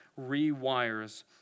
rewires